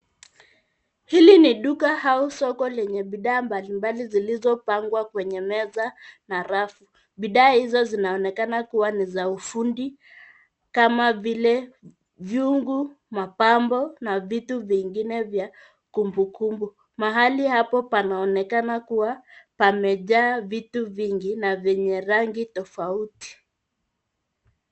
Hili ni duka au soko lenye bidhaa mbalimbali zilizopangwa kwenye meza na rafu. Bidhaa hizo zinaonekana kuwa ni za ufundi kama vile vyungu, mapambo na vitu vingine vya kumbukumbu. Mahali hapo panaonekana kuwa pamejaa vitu vingi na vyenye rangi tofauti.